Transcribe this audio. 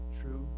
true